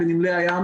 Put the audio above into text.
בנמלי הים